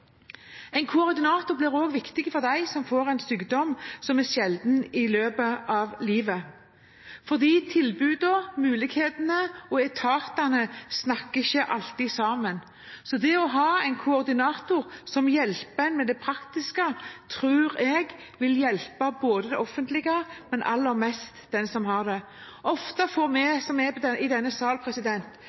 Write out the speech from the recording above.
En koordinator blir også viktig for dem som får en sykdom som er sjelden i løpet av livet, for tilbudene, mulighetene og etatene snakker ikke alltid sammen. Så det å ha en koordinator som hjelper en med det praktiske, tror jeg vil hjelpe det offentlige, men aller mest den som har det. Ofte får vi som er i denne salen, mailer fra personer som leter i